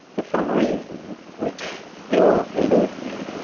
but some reason which still eludes me,